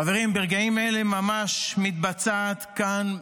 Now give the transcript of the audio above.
חברים, ברגעים אלה ממש מתבצע כאן,